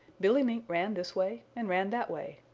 billy mink ran this way and ran that way.